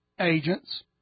agents